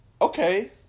Okay